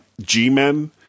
G-Men